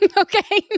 Okay